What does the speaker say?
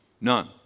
None